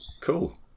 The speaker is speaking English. cool